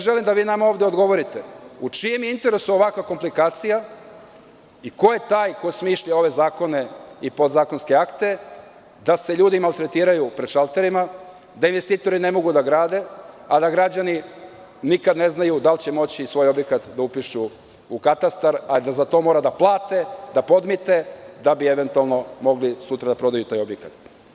Želim da vi nama ovde odgovorite – u čijem je interesu ovakva komplikacija i ko je taj koji smišlja ovakve zakone i podzakonske akte, da se ljudi maltretiraju pred šalterima, da investitori ne mogu da grade, a da građani nikada ne znaju da li će moći svoj objekat da upišu u katastar, a da za to moraju da plate, da podmite da bi eventualno mogli sutra da prodaju taj objekat.